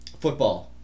football